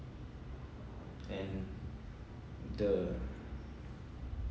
and the